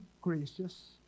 gracious